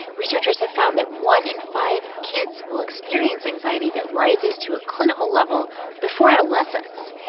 researchers have found that one in five kids will experience anxiety that rises to a clinical level before adolescence.